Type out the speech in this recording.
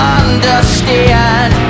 understand